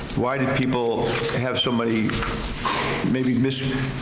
why did people have so many maybe